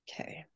Okay